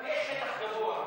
יש שטח גבוה.